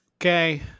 Okay